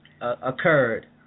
occurred